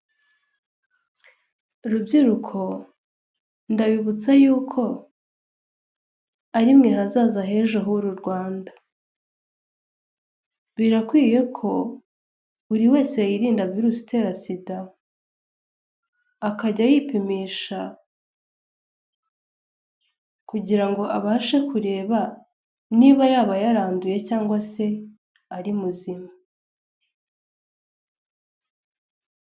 Rubyiruko ndabibutsa yuko ari mwe ejo heza hazaza h'uru Rwanda, birakwiye ko buri wese yirinda virusi itera sida, akajya yipimisha kugirango abashe kureba niba yaba yaranduye cyangwa se ari muzima.